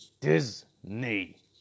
Disney